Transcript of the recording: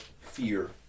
fear